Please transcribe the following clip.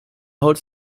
hold